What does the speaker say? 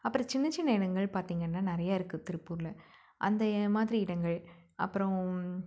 அப்புறம் சின்னச் சின்ன இடங்கள் பார்த்தீங்கன்னா நிறைய இருக்குது திருப்பூரில் அந்த மாதிரி இடங்கள் அப்புறம்